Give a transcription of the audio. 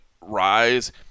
rise